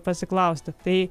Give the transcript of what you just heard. pasiklausti tai